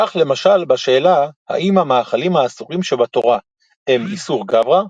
כך למשל בשאלה האם המאכלים האסורים שבתורה הם איסור "גברא",